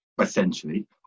essentially